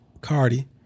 Cardi